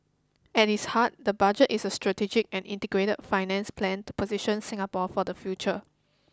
at its heart the budget is a strategic and integrated finance plan to position Singapore for the future